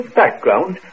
background